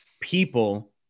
people